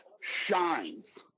shines